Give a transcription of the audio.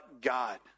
God